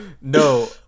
no